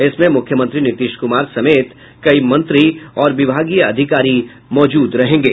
इसमें मुख्यमंत्री नीतीश कुमार समेत कई मंत्री और विभागीय अधिकारी मौजूद रहेंगे